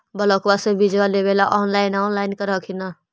ब्लोक्बा से बिजबा लेबेले ऑनलाइन ऑनलाईन कर हखिन न?